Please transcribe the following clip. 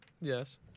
Yes